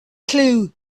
clue